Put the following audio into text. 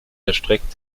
erstreckt